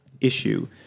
issue